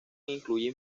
incluye